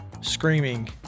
screaming